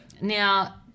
Now